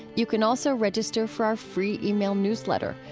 you can also register for our free e-mail newsletter,